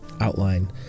outline